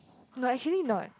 but actually not